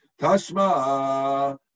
Tashma